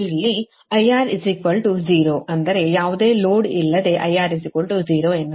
ಇಲ್ಲಿ IR 0 ಅಂದರೆ ಯಾವುದೇ ಲೋಡ್ ಇಲ್ಲದೇ IR 0 ಎನ್ನುತ್ತಾರೆ